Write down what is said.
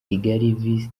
kigali